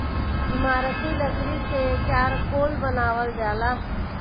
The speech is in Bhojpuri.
इमारती लकड़ी से चारकोल बनावल जाला